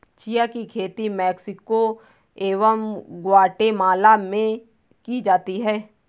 chia की खेती Mexico एवं ग्वाटेमाला में की जाती है